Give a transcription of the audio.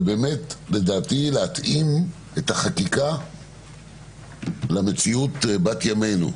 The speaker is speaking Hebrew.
זה באמת להתאים את החקיקה למציאות בת ימינו.